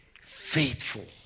faithful